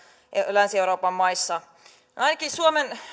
länsi euroopan maissa ainakin suomen